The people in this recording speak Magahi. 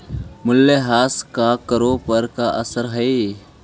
मूल्यह्रास का करों पर का असर हई